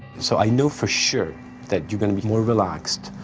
so i know for sure that you're gonna be more relaxed,